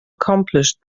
accomplished